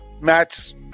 Matt's